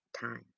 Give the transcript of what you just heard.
times